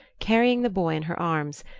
carrying the boy in her arms,